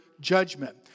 judgment